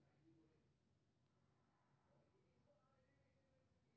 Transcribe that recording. आभासी debit card भौतिक debit कार्डे जकां काज करै छै